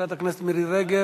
הכנסת מירי רגב.